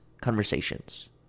conversations